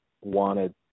wanted